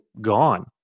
gone